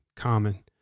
common